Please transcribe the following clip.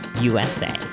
USA